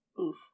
Oof